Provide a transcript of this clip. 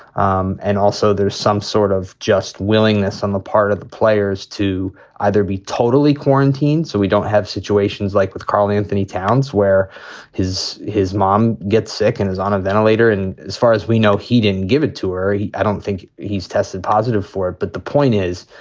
um and also, there's some sort of just willingness on the part of the players to either be totally quarantined. so we don't have situations like with karl anthony towns where his his mom gets sick and is on a ventilator. and as far as we know, he didn't give it to her. i don't think he's tested positive for it. but the point is,